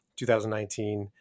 2019